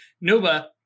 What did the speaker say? Nova